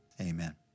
Amen